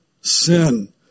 sin